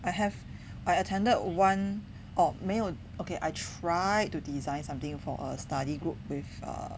I have I attended one or 没有 okay I try to design something for a study group with err